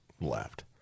left